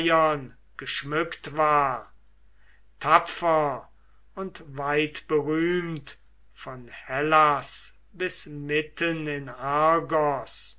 geschmückt war tapfer und weitberühmt von hellas bis mitten in argos